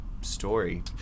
story